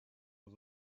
was